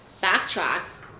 backtracked